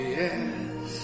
yes